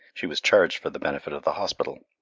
she was charged for the benefit of the hospital.